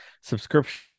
subscription